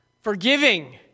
Forgiving